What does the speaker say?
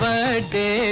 Birthday